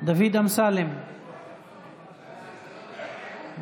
יואב קיש, אינו משתתף בהצבעה תמה ההצבעה.